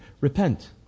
Repent